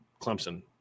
clemson